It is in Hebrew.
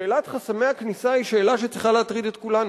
שאלת חסמי הכניסה היא שאלה שצריכה להטריד את כולנו,